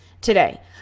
today